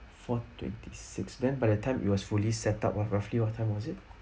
four twenty six then by the time it was fully set up ah roughly what time was it